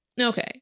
Okay